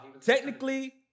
Technically